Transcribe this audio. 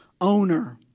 owner